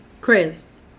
chris